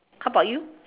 how about you